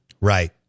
Right